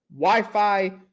wi-fi